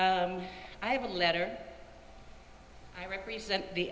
for i have a letter i represent the